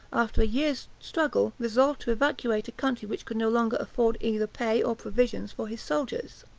after a year's struggle, resolved to evacuate a country which could no longer afford either pay or provisions for his soldiers.